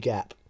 Gap